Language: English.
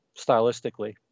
stylistically